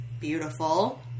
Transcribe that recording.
beautiful